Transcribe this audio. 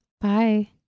Bye